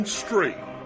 straight